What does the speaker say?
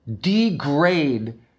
degrade